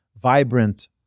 vibrant